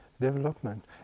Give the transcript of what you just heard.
development